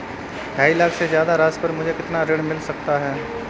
ढाई लाख से ज्यादा राशि पर मुझे कितना ऋण मिल सकता है?